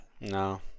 no